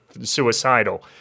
suicidal